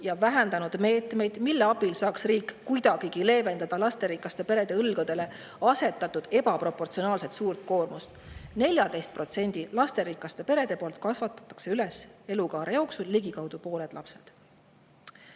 ja vähendanud meetmeid, mille abil saaks riik kuidagigi leevendada lasterikaste perede õlgadele asetatud ebaproportsionaalselt suurt koormust. 14% lasterikaste perede poolt kasvatatakse üles elukaare jooksul ligikaudu pooled lapsed.